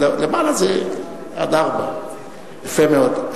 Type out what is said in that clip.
למעלה, זה עד 4. יפה מאוד.